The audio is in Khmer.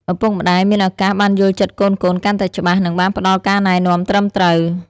ឪពុកម្តាយមានឱកាសបានយល់ចិត្តកូនៗកាន់តែច្បាស់ និងបានផ្តល់ការណែនាំត្រឹមត្រូវ។